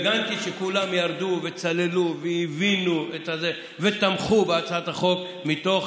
פרגנתי שכולם ירדו וצללו והבינו ותמכו בהצעת החוק מתוך